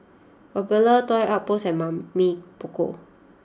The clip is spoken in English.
Popular Toy Outpost and Mamy Poko